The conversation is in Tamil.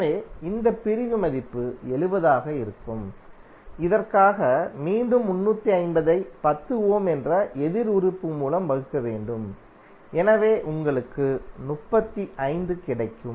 எனவே இந்த பிரிவு மதிப்பு 70 ஆக இருக்கும் இதற்காக மீண்டும் 350 ஐ 10 ஓம் என்ற எதிர் உறுப்பு மூலம் வகுக்க வேண்டும் எனவே உங்களுக்கு 35 கிடைக்கும்